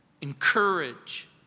encourage